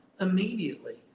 immediately